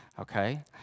okay